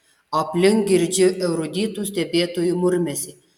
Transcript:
aplink girdžiu eruditų stebėtojų murmesį